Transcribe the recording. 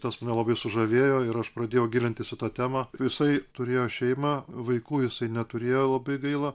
tas mane labai sužavėjo ir aš pradėjau gilintis į tą temą jisai turėjo šeimą vaikų jisai neturėjo labai gaila